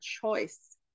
choice